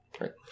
Right